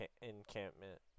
encampment